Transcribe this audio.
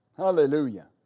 Hallelujah